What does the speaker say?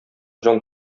җан